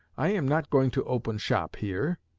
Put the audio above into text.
i am not going to open shop here